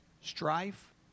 strife